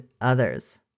others